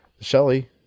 Shelly